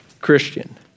Christian